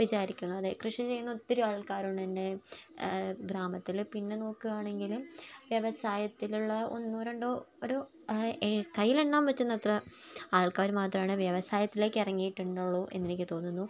വിചാരിക്കുന്നു അതെ കൃഷി ചെയ്യുന്ന ഒത്തിരി ആൾക്കാരുണ്ട് എൻ്റെ ഗ്രാമത്തിൽ പിന്നെ നോക്കുവാണെങ്കിൽ വ്യവസായത്തിലുള്ള ഒന്നോ രണ്ടോ ഓരോ കയ്യിൽ എണ്ണാൻ പറ്റുന്ന അത്ര ആൾക്കാർ മാത്രമാണ് വ്യവസായത്തിലേക്ക് ഇറങ്ങിയിട്ടുള്ളൂ എന്ന് എനിക്ക് തോന്നുന്നു